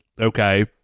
Okay